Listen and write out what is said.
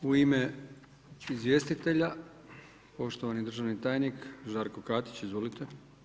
U ime izvjestitelja, poštovani državni tajnik Žarko Katić, izvolite.